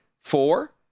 Four